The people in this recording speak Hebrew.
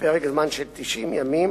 בפרק זמן של 90 ימים,